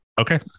Okay